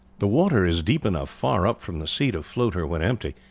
the water is deep enough far up from the sea to float her when empty,